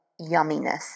yumminess